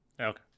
Okay